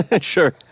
Sure